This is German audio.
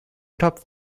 topf